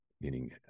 meaning